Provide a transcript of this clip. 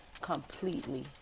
completely